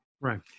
Right